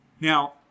Now